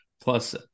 plus